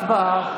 הצבעה.